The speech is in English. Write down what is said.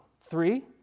three